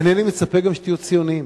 אינני מצפה גם שתהיו ציונים,